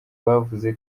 bavuze